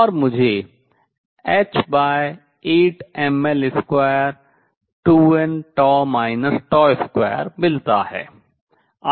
और मुझे h8mL22nτ 2 मिलता है